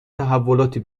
تحولاتی